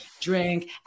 drink